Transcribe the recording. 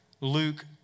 Luke